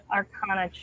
Arcana